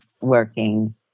working